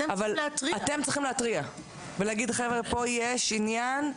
אבל אתם צריכים להתריע ולהגיד: פה יש עניין,